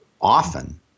often